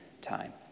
time